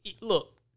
look